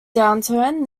downturn